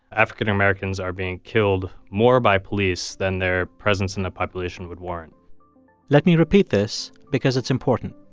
african-americans are being killed more by police than their presence in the population would warrant let me repeat this because it's important.